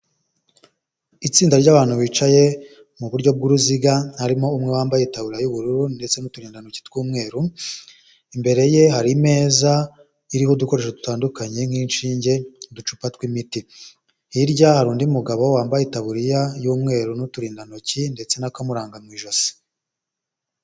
Itsinda ry'abantu bicaye mu buryo bw'uruziga harimo umwe wambaye tabuliya y'ubururu ndetse n'uturindantoki tw'umweru imbere ye hari ameza iriho udukoresho dutandukanye nk'inshinge uducupa tw'imiti hirya hari undi mugabo wambaye itaburiya y'umweru n'uturindantoki ndetse n'akamuranga mu ijosi.